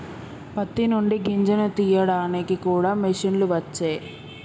పత్తి నుండి గింజను తీయడానికి కూడా మిషన్లు వచ్చే